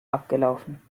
abgelaufen